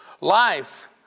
Life